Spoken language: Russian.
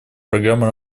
программа